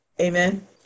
Amen